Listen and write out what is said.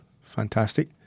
Fantastic